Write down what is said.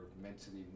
mentally